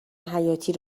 حیاتی